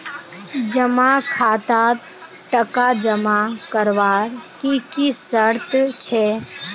जमा खातात टका जमा करवार की की शर्त छे?